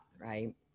right